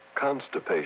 constipation